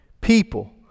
people